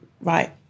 right